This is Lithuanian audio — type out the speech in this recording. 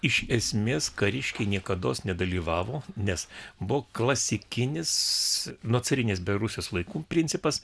iš esmės kariškiai niekados nedalyvavo nes buvo klasikinis nuo carinės beje rusijos laikų principas